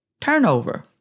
turnover